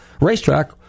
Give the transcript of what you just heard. racetrack